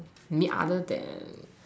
mean other than